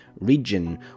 region